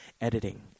editing